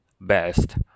best